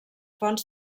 fons